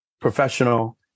professional